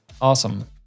awesome